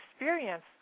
experience